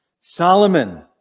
Solomon